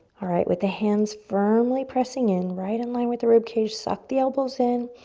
alright, with the hands firmly pressing in, right in line with the ribcage, suck the elbows in,